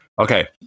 Okay